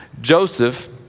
joseph